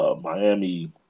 Miami